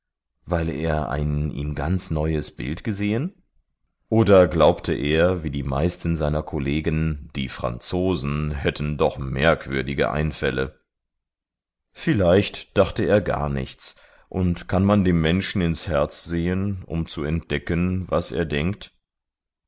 weil er ein ihm ganz neues bild gesehen oder glaubte er wie die meisten seiner kollegen die franzosen hätten doch merkwürdige einfälle vielleicht dachte er gar nichts und kann man dem menschen ins herz sehen um zu entdecken was er denkt